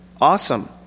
Awesome